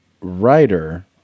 writer